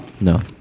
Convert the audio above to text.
No